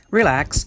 relax